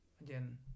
again